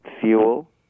fuel